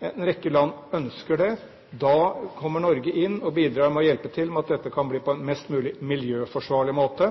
En rekke land ønsker det. Da kommer Norge inn og bidrar med hjelp, slik at dette kan bli på en mest mulig miljøforsvarlig måte,